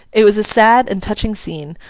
it was a sad and touching scene,